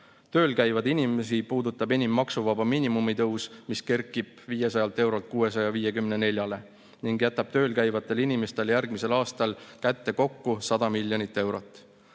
Tööl käivaid inimesi puudutab enim maksuvaba miinimumi tõus, mis kerkib 500 eurolt 654‑le ning mis jätab tööl käivatele inimestele järgmisel aastal kätte kokku 100 miljonit eurot.